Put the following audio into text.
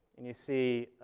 and you see,